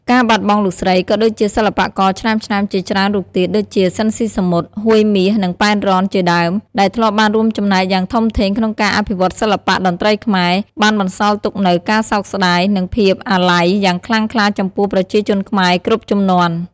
ការបាត់បង់លោកស្រី ក៏ដូចជាសិល្បករឆ្នើមៗជាច្រើនរូបទៀត ដូចជា ស៊ីន ស៊ីសាមុត ហួយមាស និង ប៉ែនរ៉ន ជាដើម ដែលធ្លាប់បានរួមចំណែកយ៉ាងធំធេងក្នុងការអភិវឌ្ឍសិល្បៈតន្ត្រីខ្មែរ បានបន្សល់ទុកនូវ ការសោកស្ដាយ និង ភាពអាល័យ យ៉ាងខ្លាំងក្លាចំពោះប្រជាជនខ្មែរគ្រប់ជំនាន់។